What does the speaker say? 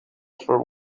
for